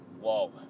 Whoa